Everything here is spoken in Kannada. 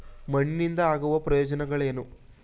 ಮಣ್ಣಿನಿಂದ ಆಗುವ ಪ್ರಯೋಜನಗಳೇನು?